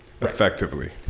effectively